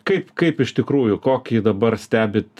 kaip kaip iš tikrųjų kokį dabar stebit